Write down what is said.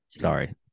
Sorry